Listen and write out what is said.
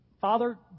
Father